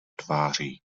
tváří